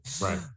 right